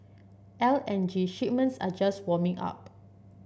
L N G shipments are just warming up